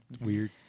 weird